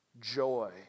joy